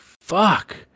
Fuck